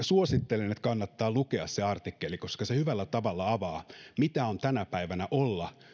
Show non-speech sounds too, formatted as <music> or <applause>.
<unintelligible> suosittelen että kannattaa lukea se artikkeli koska se hyvällä tavalla avaa mitä on tänä päivänä olla